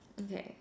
okay